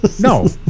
No